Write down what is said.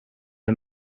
les